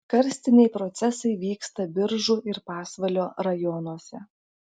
karstiniai procesai vyksta biržų ir pasvalio rajonuose